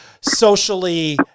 socially